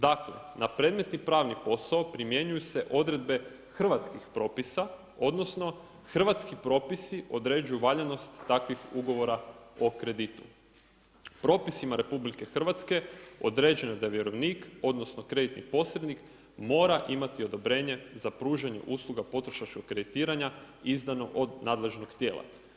Dakle na predmetni pravni posao primjenjuju se odredbe hrvatskih propisao, odnosno hrvatski propisi određuju valjanost takvih ugovora o kreditu.“ Propisima Republike Hrvatske određeno je da vjerovnik odnosno kreditni posrednik mora imati odobrenje za pružanje usluga potrošačkog kreditiranja izdano od nadležnog tijela.